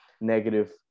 negative